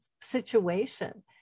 situation